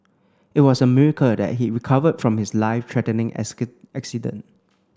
it was a miracle that he recovered from his life threatening accident